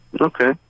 Okay